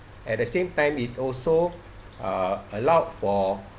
at the same time it also uh allowed for